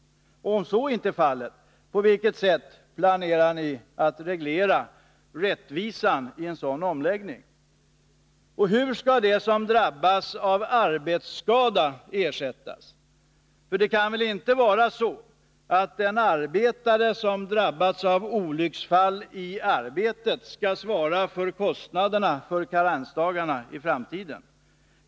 Om så inte är fallet, på vilket sätt planerar ni då att reglera rättvisan i en sådan omläggning? Hur skall de som drabbas av arbetsskada ersättas? För det kan väl inte vara så att en arbetare som drabbats av olycksfall i arbetet själv skall svara för kostnaderna under karenstiden?